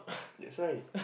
that's why